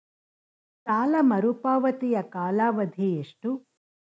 ಸಾಲ ಮರುಪಾವತಿಯ ಕಾಲಾವಧಿ ಎಷ್ಟು?